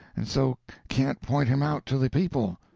and so can't point him out to the people.